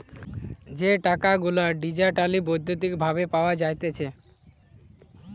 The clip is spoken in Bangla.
যে টাকা গুলা ডিজিটালি বৈদ্যুতিক ভাবে পাওয়া যাইতেছে